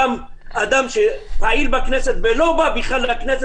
למה לא הוצאתם מבצע לאומי לבדיקות סרולוגיות?